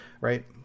right